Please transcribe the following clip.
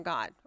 God